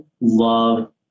love